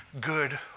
good